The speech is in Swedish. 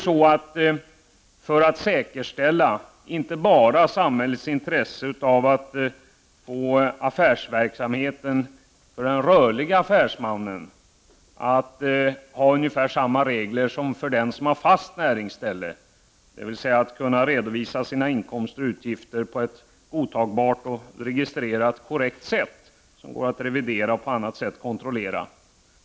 Samhället har ett intresse av att affärsverksamheten för den rörlige affärsmannen skall följa ungefär samma regler som verksamheten för den som bedriver en mera fast näringsverksamhet. Därför bör man kunna redovisa sina inkomster och utgifter på ett godtagbart och korrekt registrerat sätt, så att redovisningen kan revideras och på annat sätt kontrolleras.